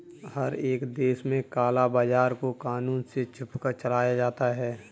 हर एक देश में काला बाजार को कानून से छुपकर चलाया जाता है